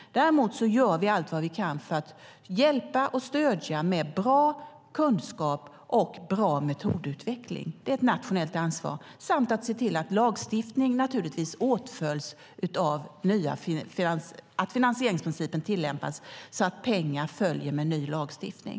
Däremot gör vi allt vi kan för att hjälpa och stödja med bra kunskap och bra metodutveckling - det är ett nationellt ansvar - samt se till att finansieringsprincipen tillämpas, så att pengar följer med ny lagstiftning.